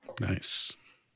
Nice